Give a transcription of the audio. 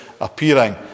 appearing